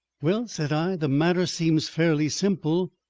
well, said i, the matter seems fairly simple.